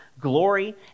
glory